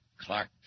Clark